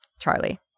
Charlie